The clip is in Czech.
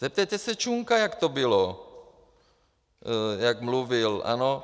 Zeptejte se Čunka, jak to bylo, jak mluvil, ano?